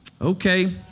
Okay